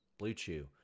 BlueChew